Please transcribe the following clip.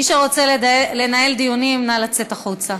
מי שרוצה לנהל דיונים, נא לצאת החוצה.